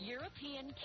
European